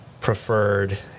preferred